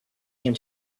came